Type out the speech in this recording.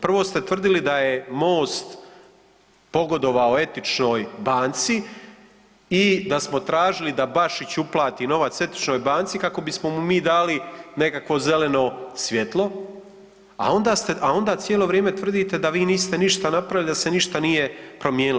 Prvo ste tvrdili da je Most pogodovao Etičnoj banci i da smo tražili da Bašić uplati novac Etičnoj banci kako bismo mu mi dali nekakvo zeleno svjetlo, a onda cijelo vrijeme tvrdite da vi niste ništa napravili da se ništa nije promijenilo.